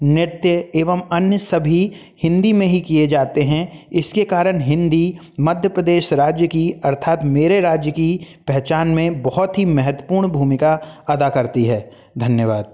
नृत्य एवम अन्य सभी हिन्दी में ही किए जाते हैं इसके कारण हिन्दी मध्य प्रदेश राज्य की अर्थात मेरे राज्य की पहचान में बहुत ही महत्वपूर्ण भूमिका अदा करती है धन्यवाद